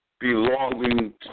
belonging